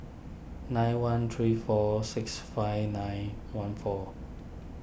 nine one three four six five nine one four